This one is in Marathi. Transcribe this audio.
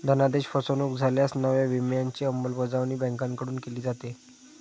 धनादेश फसवणुक झाल्यास नव्या नियमांची अंमलबजावणी बँकांकडून केली जाते